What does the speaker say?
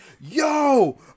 yo